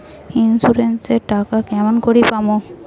Insurance এর টাকা কেমন করি পাম?